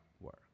work